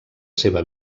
seva